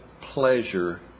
pleasure